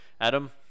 Adam